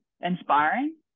inspiring